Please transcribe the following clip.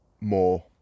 more